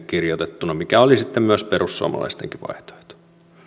kirjoitettuna mikä oli myös perussuomalaisten vaihtoehto